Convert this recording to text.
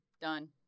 done